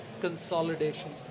consolidation